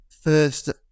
first